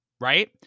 right